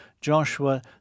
Joshua